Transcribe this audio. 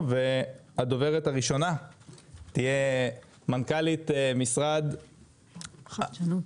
הדוברת הראשונה תהיה מנכ"לית משרד החדשנות